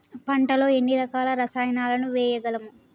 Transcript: పంటలలో ఎన్ని రకాల రసాయనాలను వేయగలము?